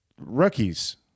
rookies